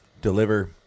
deliver